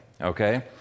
Okay